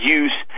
use